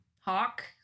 Hawk